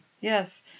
Yes